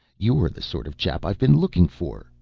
you're the sort of chap i've been looking for,